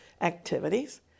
activities